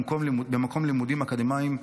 במקום לימודים אקדמיים,